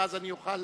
ואז אוכל